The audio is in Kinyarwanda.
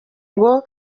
ngo